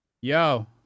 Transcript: Yo